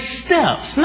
steps